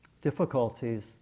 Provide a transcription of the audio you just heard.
difficulties